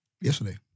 Yesterday